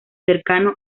cercano